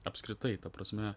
apskritai ta prasme